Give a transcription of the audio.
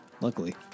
Luckily